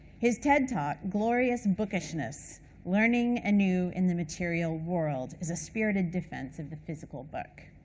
his ted talk, glorious bookishness learning anew in the material world, is a spirited defense of the physical book.